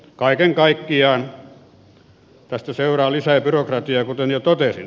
kaiken kaikkiaan tästä seuraa lisää byrokratiaa kuten jo totesin